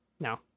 No